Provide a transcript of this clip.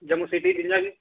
Jammu city जि'यां कि